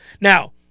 Now